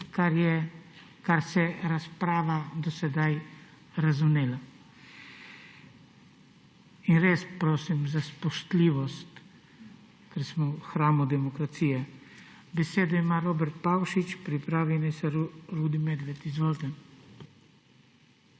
se je razprava do sedaj razvnela. In res prosim za spoštljivost, ker smo v hramu demokracije. Besedo ima Robert Pavšič, pripravi naj se Rudi Medved. Izvolite.